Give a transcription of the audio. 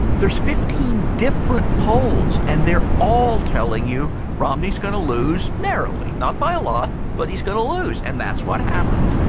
there are fifteen different polls and they're all telling you romney is going to lose narrowly. not by a lot, but he's going to lose, and that's what happened.